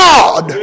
God